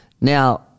now